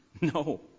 No